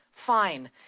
Fine